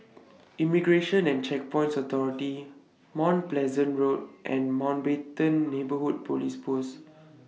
Immigration and Checkpoints Authority Mount Pleasant Road and Mountbatten Neighbourhood Police Post